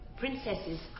Princesses